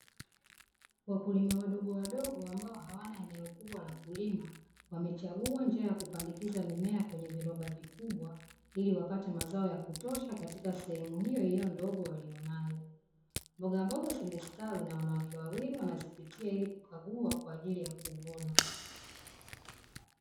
Wakulima wadogowadogo ambao hawana eneo kubwa la kulima, wamechagua njia ya kupandikiza mimea kwenye viroba vikubwa, ili wapate mazao ya kutosha katika sehemu hiyohiyo ndogo waliyonayo. Mbogamboga zimestawi na wanawake wawili wanazipitia, ili kukagua kwa ajili ya kuvuna.